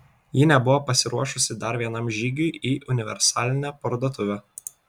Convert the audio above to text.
ji nebuvo pasiruošusi dar vienam žygiui į universalinę parduotuvę